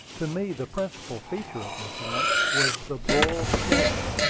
to me the principal feature of this lunch was the broiled shad,